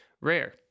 rare